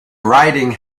riding